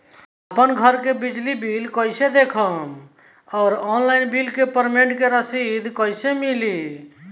आपन घर के बिजली बिल कईसे देखम् और ऑनलाइन बिल पेमेंट करे के बाद रसीद कईसे मिली?